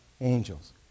angels